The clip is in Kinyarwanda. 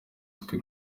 twe